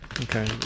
Okay